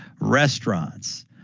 restaurants